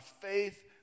faith